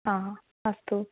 हा अस्तु